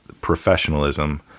professionalism